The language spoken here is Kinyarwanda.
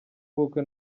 ubukwe